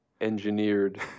engineered